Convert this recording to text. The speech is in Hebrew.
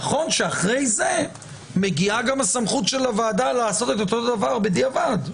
נכון שאחרי זה מגיעה גם הסמכות של הוועדה לעשות את אותו הדבר בדיעבד,